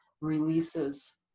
releases